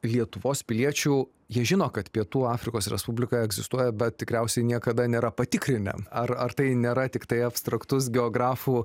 lietuvos piliečių jie žino kad pietų afrikos respublika egzistuoja bet tikriausiai niekada nėra patikrinę ar ar tai nėra tiktai abstraktus geografų